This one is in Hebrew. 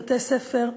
בתי-ספר,